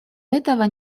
этого